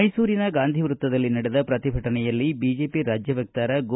ಮೈಸೂರಿನ ಗಾಂಧಿ ವೃತ್ತದಲ್ಲಿ ನಡೆದ ಪ್ರತಿಭಟನೆಯಲ್ಲಿ ಬಿಜೆಪಿ ರಾಜ್ಯ ವಕ್ತಾರ ಗೋ